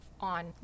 on